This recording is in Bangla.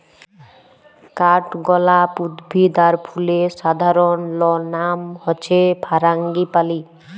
কাঠগলাপ উদ্ভিদ আর ফুলের সাধারণলনাম হচ্যে ফারাঙ্গিপালি